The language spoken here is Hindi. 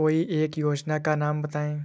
कोई एक योजना का नाम बताएँ?